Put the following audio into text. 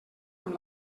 amb